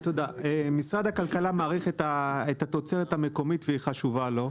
משרד הכלכלה מעריך את התוצרת המקומית והיא חשובה לו.